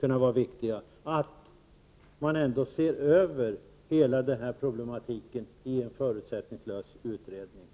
kunde vara viktiga, att hela problematiken kunde ses över i en förutsättningslös utredning?